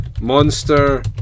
Monster